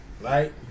right